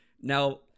now